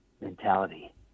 mentality